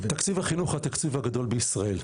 תקציב החינוך הוא התקציב הגדול בישראל,